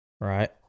Right